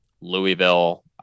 Louisville